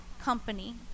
company